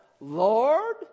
Lord